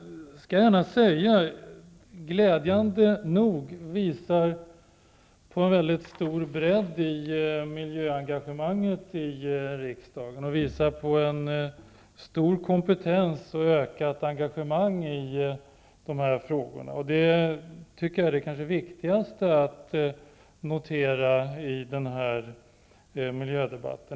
Dessa motioner visar glädjande nog på en mycket stor bredd i miljöengagemanget i riksdagen och visar också på en mycket stor kompetens och ett ökat engegemang i dessa frågor, och det vill jag gärna ha sagt. Det är kanske det viktigaste att notera i denna miljödebatt.